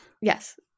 yes